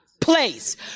place